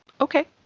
Okay